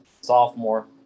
sophomore